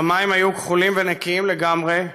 השמיים היו כחולים ונקיים לגמרי מעננים,